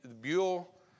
Buell